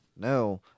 No